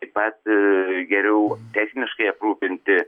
taip pat geriau techniškai aprūpinti